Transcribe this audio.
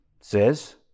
says